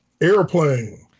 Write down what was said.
Airplane